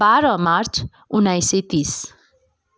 बाह्र मार्च उन्नाइस सय तिस